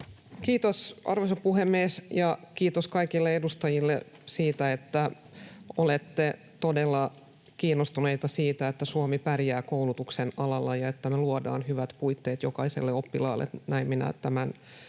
Kiitos, arvoisa puhemies, ja kiitos kaikille edustajille siitä, että olette todella kiinnostuneita siitä, että Suomi pärjää koulutuksen alalla ja että me luodaan hyvät puitteet jokaiselle oppilaalle — näin minä tämän